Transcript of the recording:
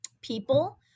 people